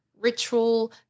ritual